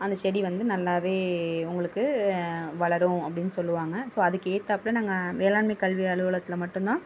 அந்த செடி வந்து நல்லாவே உங்களுக்கு வளரும் அப்படின்னு சொல்லுவாங்க ஸோ அதுக்கு ஏற்றாப்பில நாங்கள் வேளாண்மை கல்வி அலுவலகத்தில் மட்டும் தான்